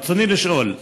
ברצוני לשאול: